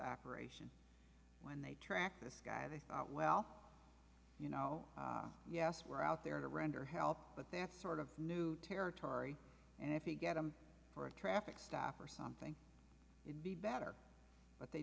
shoe when they tracked this guy they thought well you know yes we're out there to render help but that's sort of new territory and if you get him for a traffic stop or something it be better but they